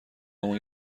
مون